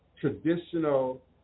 traditional